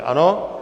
Ano?